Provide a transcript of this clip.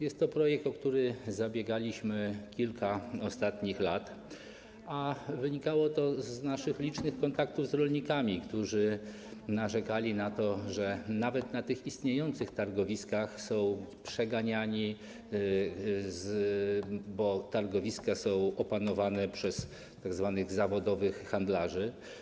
Jest to projekt, o który zabiegaliśmy kilka ostatnich lat, a wynikało to z naszych licznych kontaktów z rolnikami, którzy narzekali na to, że nawet z tych istniejących targowisk są przeganiani, bo targowiska są opanowane przez tzw. zawodowych handlarzy.